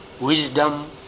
wisdom